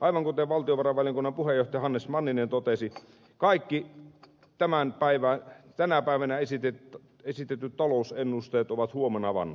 aivan kuten valtiovarainvaliokunnan puheenjohtaja hannes manninen totesi kaikki tänä päivänä esitetyt talousennusteet ovat huomenna vanhoja